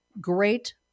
great